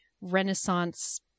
Renaissance